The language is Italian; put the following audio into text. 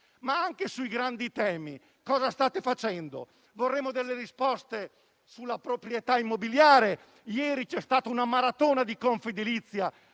Ma anche sui grandi temi cosa state facendo? Vorremmo delle risposte sulla proprietà immobiliare. Ieri c'è stata una maratona di Confedilizia